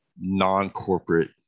non-corporate